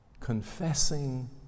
confessing